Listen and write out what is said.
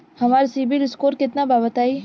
हमार CIBIL score केतना बा बताईं?